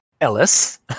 Ellis